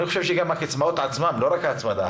אני חושב שגם הקצבאות עצמן צריכות לגדול ולא רק ההצמדה.